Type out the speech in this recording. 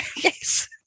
Yes